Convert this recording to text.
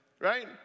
right